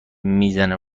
میزنه